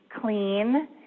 clean